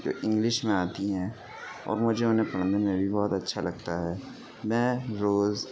جو انگلش میں آتی ہیں اور مجھے انہیں پڑھنے میں بھی بہت اچھا لگتا ہے میں روز